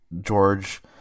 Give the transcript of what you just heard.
George